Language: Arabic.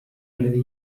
الذي